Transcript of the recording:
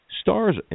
stars